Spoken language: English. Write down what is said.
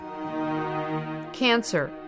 Cancer